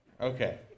Okay